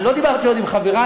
אני עוד לא דיברתי עם חברי,